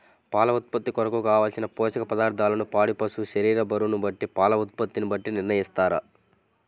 పాల ఉత్పత్తి కొరకు, కావలసిన పోషక పదార్ధములను పాడి పశువు శరీర బరువును బట్టి పాల ఉత్పత్తిని బట్టి నిర్ణయిస్తారా?